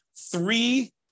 three